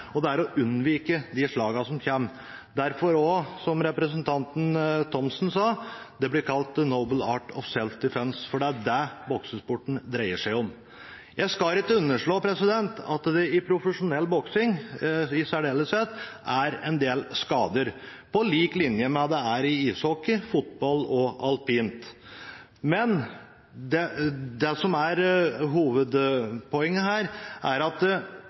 truffet, å parere og unnvike de slagene som kommer. Derfor blir det, som representanten Thomsen sa, kalt «the noble art of self-defense», for det er det boksesporten dreier seg om. Jeg skal ikke underslå at det i profesjonell boksing, i særdeleshet, er en del skader, på lik linje med ishockey, fotball og alpint. Hovedpoenget er at